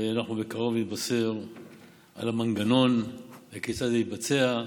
ואנחנו בקרוב נתבשר על המנגנון וכיצד זה יתבצע.